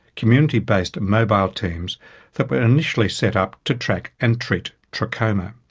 community-based mobile teams that were initially set up to track and treat trachoma.